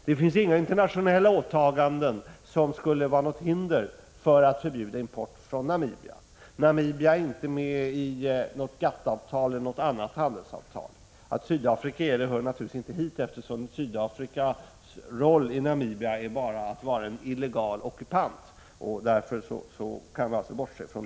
Det finns inga internationella åtaganden som skulle vara något hinder för att förbjuda import från Namibia. Namibia är inte med i något GATT-avtal eller något annat handelsavtal. Att Sydafrika är det hör naturligtvis inte hit. Dess roll i Namibia är bara att vara en illegal ockupant, och det kan man bortse från.